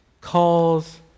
calls